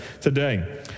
today